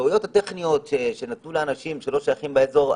הטעויות הטכניות, שנתנו לאנשים שלא שייכים לאזור.